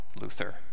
Luther